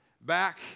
Back